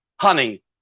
honey